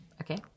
Okay